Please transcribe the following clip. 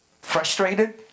frustrated